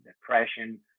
depression